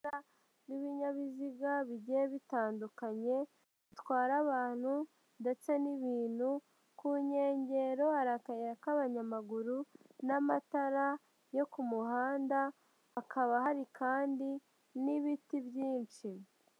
Ibinyabiziga bigiye bitandukanye bitwara abantu ndetse n'ibintu ku nkengero hari akayira k'abanyamaguru n'amatara yo ku muhanda hakaba hari kandi n'ibiti byinshi.